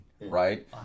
right